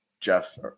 Jeff